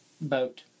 boat